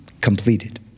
completed